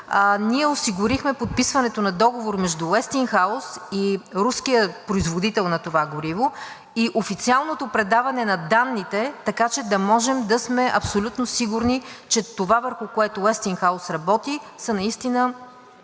ние осигурихме подписването на договор между „Уестингхаус“ и руския производител на това гориво и официалното предаване на данните, така че да можем да сме абсолютно сигурни, че това, върху което „Уестингхаус“ работи, са наистина